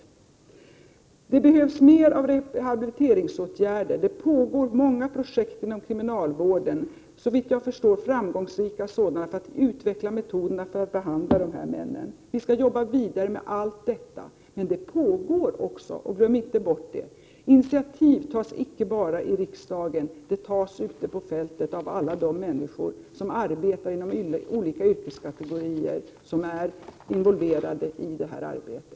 Det behövs mer av rehabiliteringsåtgärder. Det pågår många projekt inom kriminalvården, såvitt jag förstår framgångsrika sådana, för att utveckla metoderna för att behandla dessa män. Vi skall jobba vidare med allt detta. Men arbetet pågår också. Glöm inte bort det! Initiativ tas icke bara i riksdagen. Initiativ tas ute på fältet, av alla de människor som arbetar inom olika yrkeskategorier som är involverade i detta arbete.